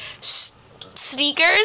sneakers